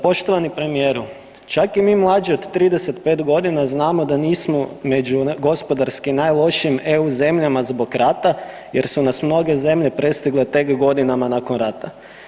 Poštovani premijeru čak i mi mlađi od 35 godina znamo da nismo među gospodarski najlošijim EU zemljama zbog rata jer su nas mnoge zemlje prestigle tek godinama nakon rata.